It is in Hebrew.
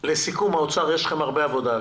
לסיכום, נציגי האוצר, יש לכם הרבה עבודה.